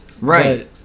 Right